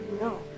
No